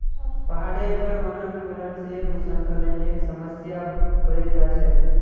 पहाडेर पर वनोन्मूलन से भूस्खलनेर समस्या बढ़े जा छे